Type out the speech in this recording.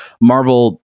Marvel